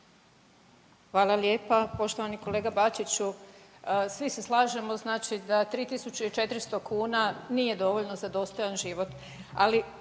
Hvala lijepa. Poštovani kolega Bačiću, svi se slažemo znači da 3.400 kuna nije dovoljno za dostojan život,